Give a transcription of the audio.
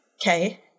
Okay